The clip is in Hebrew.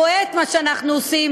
רואה את מה שאנחנו עושים,